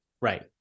Right